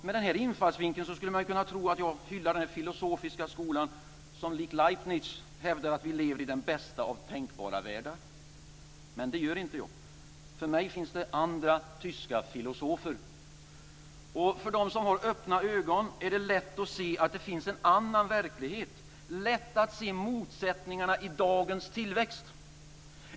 Med denna infallsvinkel skulle man kunna tro att jag hyllar den filosofiska skola som likt Leibnitz hävdade att vi lever i den bästa av tänkbara världar. Men det gör inte jag. För mig finns det andra tyska filosofer. Och för dem som har öppna ögon är det lätt att se att det finns en annan verklighet, lätt att se motsättningarna i dagens tillväxt.